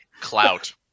clout